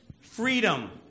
Freedom